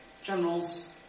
Generals